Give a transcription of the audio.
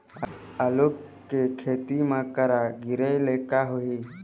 आलू के खेती म करा गिरेले का होही?